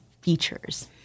features